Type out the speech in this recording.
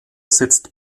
sitzt